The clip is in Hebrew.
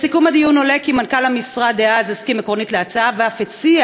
מסיכום הדיון עולה כי מנכ"ל המשרד דאז הסכים עקרונית להצעה ואף הציע